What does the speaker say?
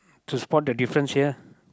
to spot the difference here